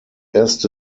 erste